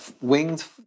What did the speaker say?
winged